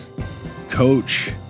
Coach